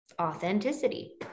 authenticity